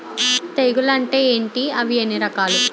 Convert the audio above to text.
తెగులు అంటే ఏంటి అవి ఎన్ని రకాలు?